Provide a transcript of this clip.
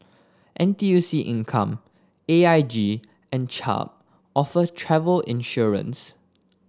N T U C Income A I G and Chubb offer travel insurance